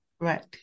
Right